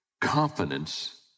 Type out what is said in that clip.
Confidence